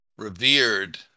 revered